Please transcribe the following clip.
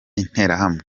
interahamwe